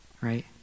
right